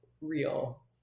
real